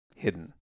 Hidden